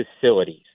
facilities